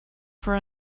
for